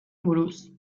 buruz